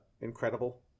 incredible